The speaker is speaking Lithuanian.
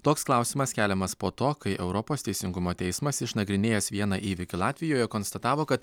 toks klausimas keliamas po to kai europos teisingumo teismas išnagrinėjęs vieną įvykio latvijoje konstatavo kad